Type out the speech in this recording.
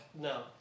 No